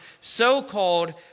so-called